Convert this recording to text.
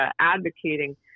advocating